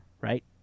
right